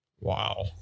Wow